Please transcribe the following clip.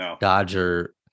dodger